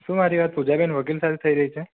શું મારી વાત પૂજાબેન વકીલ સાથે થઇ રહી છે